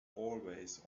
always